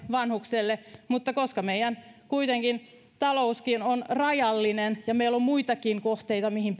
vanhukselle mutta koska meidän talouskin on kuitenkin rajallinen ja meillä on muitakin kohteita mihin